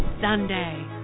sunday